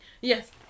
Yes